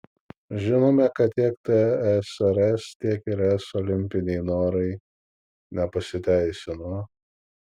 žinome kad tiek tsrs tiek ir es olimpiniai norai nepasiteisino